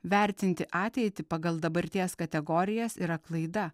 vertinti ateitį pagal dabarties kategorijas yra klaida